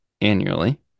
annually